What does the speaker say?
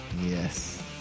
Yes